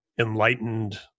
enlightened